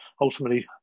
ultimately